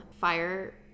fire